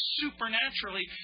supernaturally